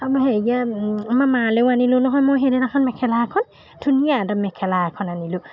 আৰু নহয় হেৰিয়া আমাৰ মালৈয়ো আনিলোঁ নহয় মই সেইদিনাখন মেখেলা এখন ধুনীয়া এদম মেখেলা এখন আনিলোঁ